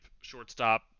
shortstop